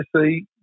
see